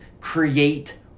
create